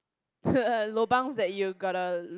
lobangs that you gotta